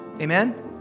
Amen